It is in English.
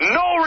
no